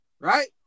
Right